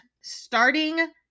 starting